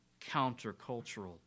countercultural